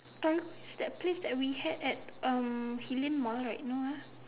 Torigo that place that we had at um Hillion Mall right no ah